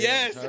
Yes